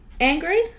angry